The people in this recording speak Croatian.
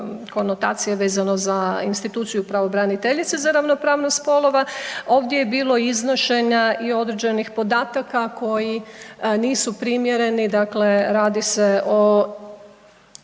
konotacije vezano za instituciju Pravobraniteljice za ravnopravnost spolova, ovdje je bilo iznošenja i određenih podataka koji nisu primjereni. Dakle, radi se o